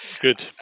Good